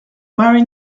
mary